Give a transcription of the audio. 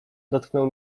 dotknął